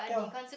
yeah